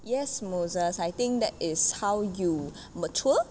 yes moses I think that is how you mature